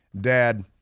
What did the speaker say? Dad